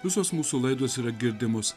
visos mūsų laidos yra girdimos